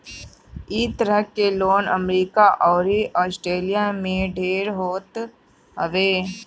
इ तरह के लोन अमेरिका अउरी आस्ट्रेलिया में ढेर होत हवे